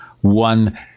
one